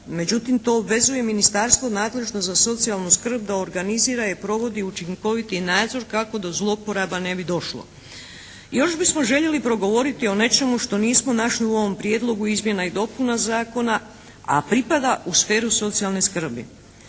međutim to obvezuje ministarstvo nadležno za socijalnu skrb da organizira i provodi učinkoviti nadzor kako do zlouporaba ne bi došlo. Još bismo željeli progovoriti o nečemu što nismo našli u ovom prijedlogu izmjena i dopuna zakona a pripada u sferu socijalne skrbi.